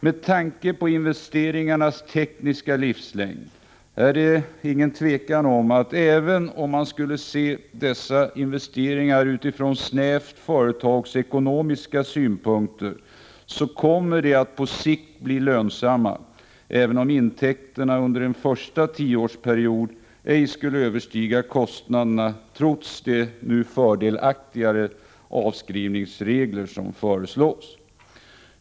Med tanke på investeringarnas tekniska livslängd är det inget tvivel om att även om man skulle se dessa investeringar utifrån snävt företagsekonomiska synpunkter, så kommer de på sikt att bli lönsamma, även om intäkterna under en första tioårsperiod ej skulle överstiga kostnaderna trots de fördelaktigare avskrivningsregler som nu föreslås.